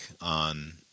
on